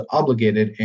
obligated